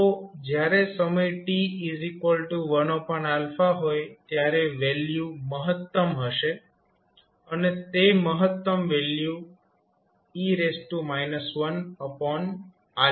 તો જયારે સમય t1 હોય ત્યારે વેલ્યુ મહત્તમ હશે અને તે મહત્તમ વેલ્યુ e 1 હશે